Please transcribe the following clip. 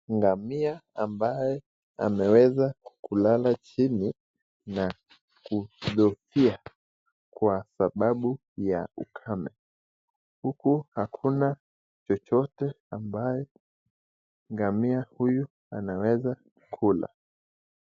Ngamia ambaye ameweza kulala chini na kudhoofia kwasababu ya ukame. Huku hakuna chochote ambaye ngamia huyu anaweza kula.